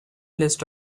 list